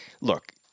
look